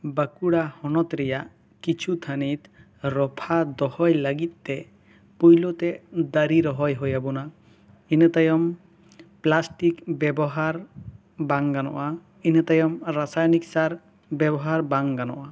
ᱵᱟᱸᱠᱩᱲᱟ ᱦᱚᱱᱚᱛ ᱨᱮᱭᱟᱜ ᱠᱤᱪᱷᱩ ᱛᱷᱟᱹᱱᱤᱛ ᱨᱚᱯᱷᱟ ᱫᱚᱦᱚᱭ ᱞᱟᱹᱜᱤᱫ ᱛᱮ ᱯᱩᱭᱞᱩ ᱛᱮ ᱫᱟᱹᱨᱤ ᱨᱚᱦᱚᱭ ᱦᱩᱭ ᱟᱵᱚᱱᱟ ᱤᱱᱟᱹ ᱛᱟᱭᱚᱢ ᱯᱞᱟᱥᱴᱤᱠ ᱵᱮᱵᱚᱦᱟᱨ ᱵᱟᱝ ᱜᱟᱱᱚᱜᱼᱟ ᱤᱱᱟᱹ ᱛᱟᱭᱚᱢ ᱨᱟᱥᱟᱭᱱᱤᱠ ᱥᱟᱨ ᱵᱮᱵᱚᱦᱟᱨ ᱵᱟᱝ ᱜᱟᱱᱚᱜᱼᱟ